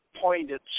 pointed